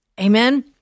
Amen